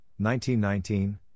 1919